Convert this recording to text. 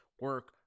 Work